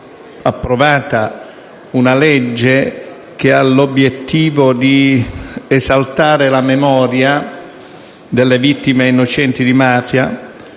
approvato un disegno di legge che ha l'obiettivo di esaltare la memoria delle vittime innocenti di mafia,